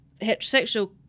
heterosexual